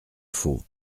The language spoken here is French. faux